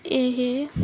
ਇਹ